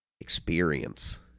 experience